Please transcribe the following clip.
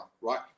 right